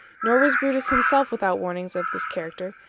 nor was brutus himself without warnings of this character,